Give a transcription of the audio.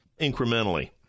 incrementally